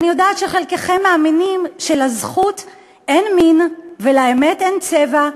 אני יודעת שחלקכם מאמינים שלזכות אין מין ולאמת אין צבע,